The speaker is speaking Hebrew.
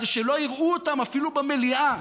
כדי שלא יראו אותם אפילו במליאה,